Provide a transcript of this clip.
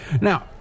Now